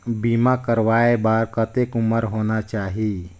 बीमा करवाय बार कतेक उम्र होना चाही?